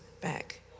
back